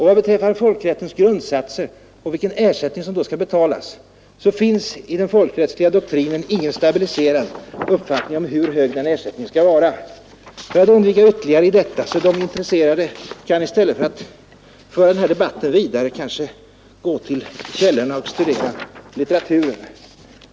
Vad beträffar folkrättens grundsatser och vilken ersättning som skall betalas finns i den folkrättsliga doktrinen ingen stabiliserad uppfattning om hur hög den ersättningen skall vara. I stället för att föra den här debatten vidare kan de intresserade gå till källorna och studera litteraturen.